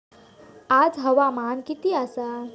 आज हवामान किती आसा?